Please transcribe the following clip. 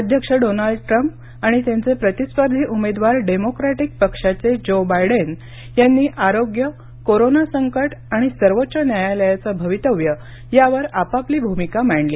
अध्यक्ष Donald Trump आणि त्यांचे प्रतिस्पर्धी उमेदवार डेमोक्रॅटिक पक्षाचे जो बायडेन यांनी आरोग्य कोरोना संकट आणि सर्वोच्च न्यायालयाचं भवितव्य यावर आपापली भूमिका मांडली